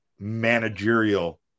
managerial